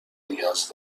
نیاز